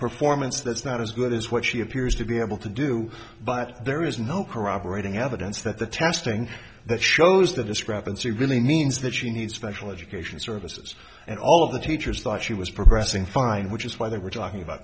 performance that's not as good as what she appears to be able to do but there is no corroborating evidence that the testing that shows the discrepancy really means that she needs special education services and all of the teachers thought she was progressing fine which is why they were talking about